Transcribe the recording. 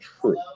true